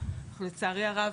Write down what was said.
לצערי הרב,